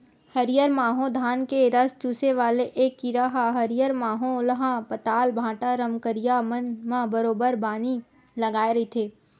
हरियर माहो धान के रस चूसे वाले ऐ कीरा ह हरियर माहो ह पताल, भांटा, रमकरिया मन म बरोबर बानी लगाय रहिथे